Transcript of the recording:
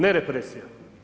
Ne represija.